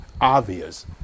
obvious